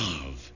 Love